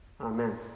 Amen